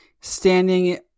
standing